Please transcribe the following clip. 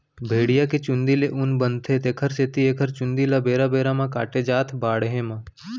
भेड़िया के चूंदी ले ऊन बनथे तेखर सेती एखर चूंदी ल बेरा बेरा म काटे जाथ बाड़हे म